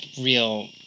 real